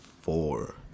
four